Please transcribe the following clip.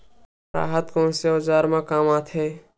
राहत कोन ह औजार मा काम आथे?